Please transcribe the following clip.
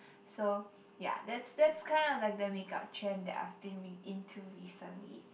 so ya that's that's kind of like the make up trend that I've been in~ into recently